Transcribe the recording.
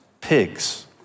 pigs